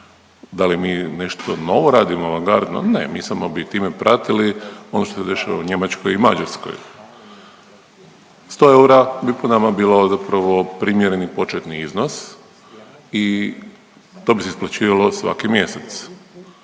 Da li mi nešto novo radimo avangardno? Ne, mi samo bi time pratili ono što se dešava u Njemačkoj i Mađarskoj. 100 eura bi po nama bilo zapravo primjereni početni iznos i to bi se isplaćivalo svaki mjesec.